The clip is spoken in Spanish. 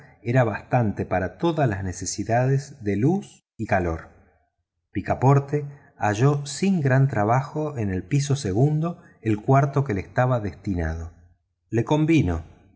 carburado bastaba para todas las necesidades de luz y calor picaporte halló sin gran trabajo en el piso segundo el cuarto que le estaba destinado le convino